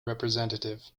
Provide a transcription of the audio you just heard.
representative